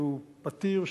שהוא פתיר,